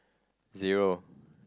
zero